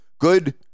good